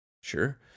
Sure